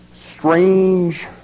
Strange